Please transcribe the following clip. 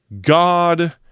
god